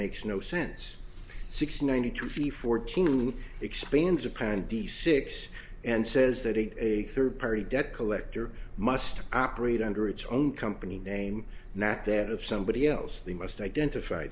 makes no sense six ninety two feet fourteen expands a kindy six and says that it a third party debt collector must operate under its own company name not that of somebody else they must identify